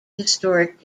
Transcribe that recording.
historic